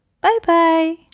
Bye-bye